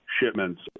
shipments